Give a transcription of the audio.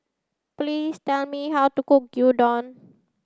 please tell me how to cook Gyudon